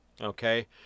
Okay